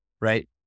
right